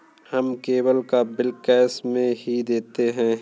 हम केबल का bill cash में ही देते हैं